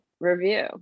review